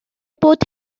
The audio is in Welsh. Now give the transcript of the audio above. bod